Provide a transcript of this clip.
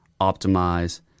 optimize